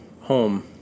home